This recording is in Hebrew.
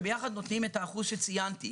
שביחד נותנים את האחוז שציינתי.